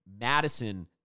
Madison